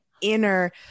inner